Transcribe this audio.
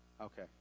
Okay